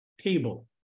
table